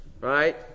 Right